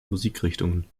musikrichtungen